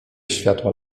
światła